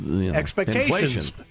Expectations